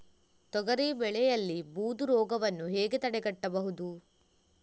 ತೊಗರಿ ಬೆಳೆಯಲ್ಲಿ ಬೂದು ರೋಗವನ್ನು ಹೇಗೆ ತಡೆಗಟ್ಟಬಹುದು?